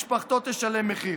משפחתו תשלם מחיר.